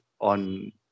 on